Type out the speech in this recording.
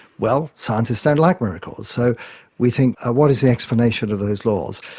well, scientists don't like miracles. so we think ah what is the explanation of those laws?